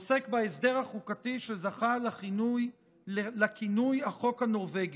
עוסק בהסדר החוקתי שזכה לכינוי "החוק הנורבגי".